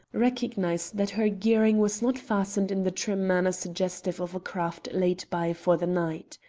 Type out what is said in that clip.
recognized that her gearing was not fastened in the trim manner suggestive of a craft laid by for the night.